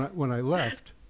when i left,